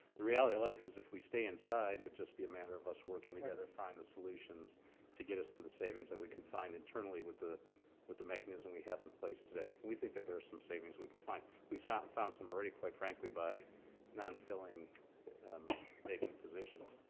the reality of life is if we stay inside, it'd just be a matter of us working together, find the solutions to get us to the savings that we can find internally with the with the mechanism we have in place today. we think that there's some savings we can find. we found found some already, quite frankly, by nonfilling vacant positions.